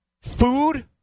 Food